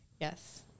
Yes